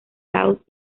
laos